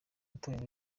itorero